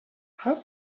how